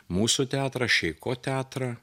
mūsų teatrą šeiko teatrą